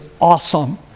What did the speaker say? awesome